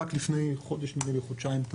רק לפני חודש או חודשיים.